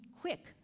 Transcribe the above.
quick